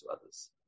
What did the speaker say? others